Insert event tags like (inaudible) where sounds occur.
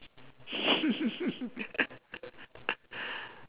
(laughs)